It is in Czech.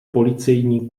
policejní